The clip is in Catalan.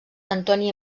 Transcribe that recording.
antoni